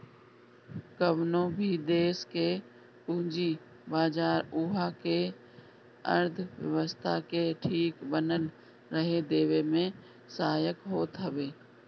कवनो भी देस के पूंजी बाजार उहा के अर्थव्यवस्था के ठीक बनल रहे देवे में सहायक होत हवे